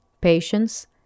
patience